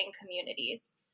communities